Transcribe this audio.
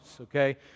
okay